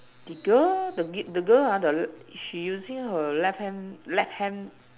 the girl the girl she using her left hand left hand